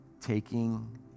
taking